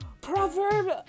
Proverb